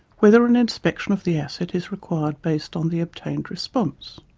whether an inspection of the asset is required based on the obtained response.